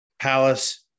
Palace